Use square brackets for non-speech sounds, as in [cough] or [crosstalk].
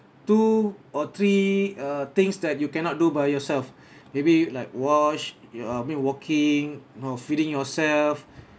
two or three uh things that you cannot do by yourself [breath] maybe like wash uh mean walking no feeding yourself